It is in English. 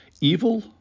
Evil